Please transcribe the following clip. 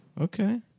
Okay